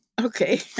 okay